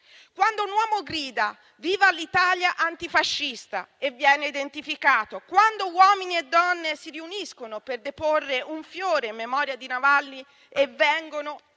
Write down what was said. Quando un uomo grida «viva l'Italia antifascista» e viene identificato, quando uomini e donne si riuniscono per deporre un fiore in memoria di Navalny e vengono